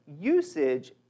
usage